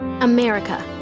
America